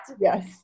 yes